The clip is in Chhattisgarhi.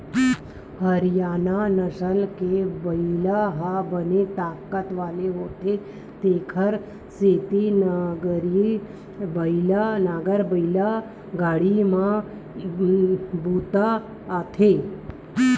हरियाना नसल के बइला ह बने ताकत वाला होथे तेखर सेती नांगरए बइला गाड़ी म बूता आथे